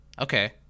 Okay